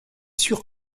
sûr